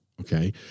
okay